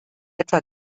etwa